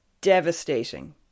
devastating